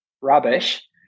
rubbish